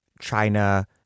China